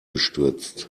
gestürzt